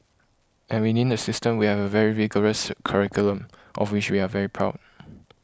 and within the system we have a very rigorous curriculum of which we are very proud